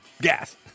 gas